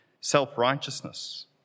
self-righteousness